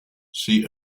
see